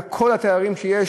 כל התארים שיש